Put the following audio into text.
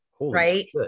right